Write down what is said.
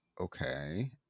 okay